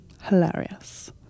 hilarious